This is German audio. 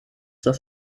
das